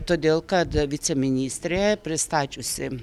todėl kad viceministrė pristačiusi